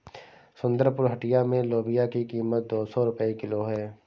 सुंदरपुर हटिया में लोबिया की कीमत दो सौ रुपए किलो है